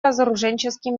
разоруженческий